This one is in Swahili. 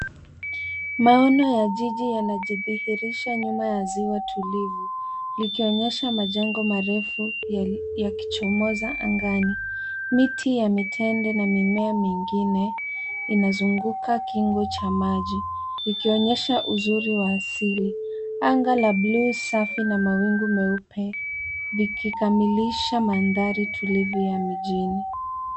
Maono ya jiji yanajidhihirisha nyuma ya ziwa tulivu, likionyesha majengo marefu yakichomoza angani. Miti ya mitende na mimea mingine inazunguka kingo cha maji, ikionyesha uzuri wa asili. Anga la bluu safi na mawingu meupe vikikamilisha mandhari tulivu ya mjini.